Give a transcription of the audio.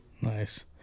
nice